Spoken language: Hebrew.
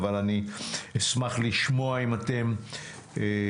אבל אני אשמח לשמוע אם אתם יודעים.